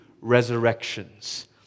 resurrections